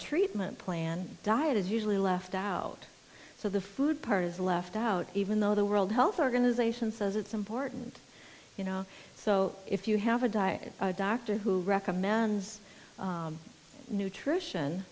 treatment plan diet is usually left out so the food part is left out even though the world health organization says it's important you know so if you have a diet dr who recommends nutrition